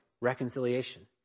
reconciliation